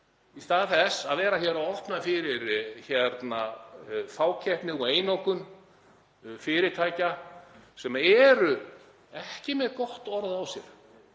í stað þess að vera að opna fyrir fákeppni og einokun fyrirtækja sem eru ekki með gott orð á sér,